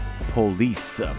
Police